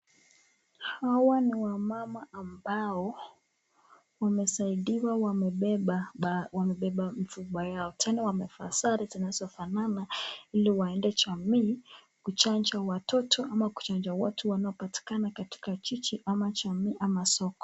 Hawa ni wamama ambao wamesaidiwa wamebeba chupa yao . Tena wamevaa sare zinazofanana ili waende jamii kuchanja watoto ama kuchanja watu wanaopatikana katika jiji ama jamii ama soko.